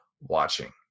watching